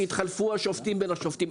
כי התחלפו השופטים בין השופטים,